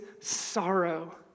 sorrow